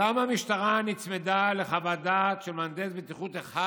למה המשטרה נצמדה לחוות דעת של מהנדס בטיחות אחד